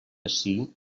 ací